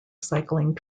cycling